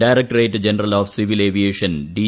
directorate general of civil aviation D